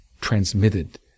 transmitted